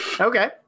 Okay